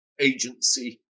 agency